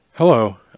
Hello